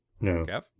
No